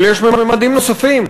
אבל יש ממדים נוספים.